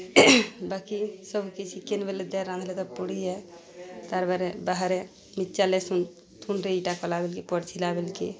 ବାକି ସବୁ କିିଛି କେନ୍ ବେଲେ ଦାଏଲ୍ ରାନ୍ଧ୍ଲେ ତ ପୁଡ଼ି ଯାଏ ତାର୍ ପରେ ବାହାରେ ମିର୍ଚା ଲେସୁନ୍ ତୁନ୍ରେ ଇଟା କଲା ବେଲ୍କେ ପର୍ଝିଲା ବେଲ୍କେ